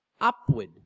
upward